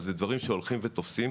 אבל אלה דברים שהולכים ותופסים.